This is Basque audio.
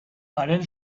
haren